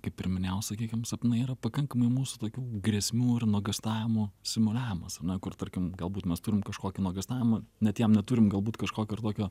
kaip ir minėjau sakykim sapnai yra pakankamai mūsų tokių grėsmių ir nuogąstavimų simuliavimo zona kur tarkim galbūt mes turim kažkokį nuogąstavimą net jam neturim galbūt kažkokio ir tokio